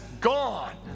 gone